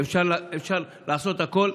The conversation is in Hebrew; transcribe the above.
אפשר לעשות הכול.